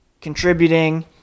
contributing